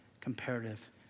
comparative